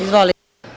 Izvolite.